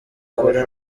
akora